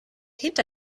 hinter